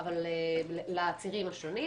לצירים השונים,